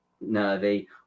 nervy